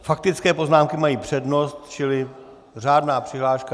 Faktické poznámky mají přednost, čili řádná přihláška...